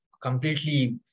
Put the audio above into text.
completely